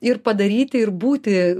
ir padaryti ir būti